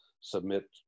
submit